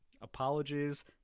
Apologies